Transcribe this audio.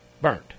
burnt